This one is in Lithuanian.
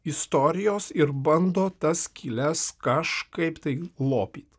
istorijos ir bando tas skyles kažkaip tai lopyt